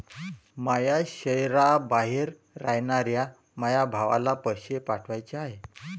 माया शैहराबाहेर रायनाऱ्या माया भावाला पैसे पाठवाचे हाय